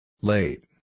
Late